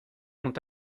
ont